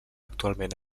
actualment